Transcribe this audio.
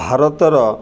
ଭାରତର